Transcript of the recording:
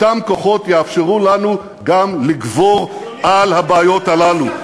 אותם כוחות יאפשרו לנו גם לגבור על הבעיות הללו,